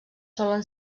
solen